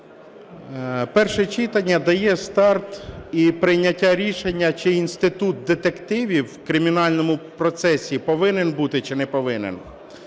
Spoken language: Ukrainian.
перше читання дає старт і прийняття рішення: чи інститут детективів в кримінальному процесі повинен бути, чи не повинен.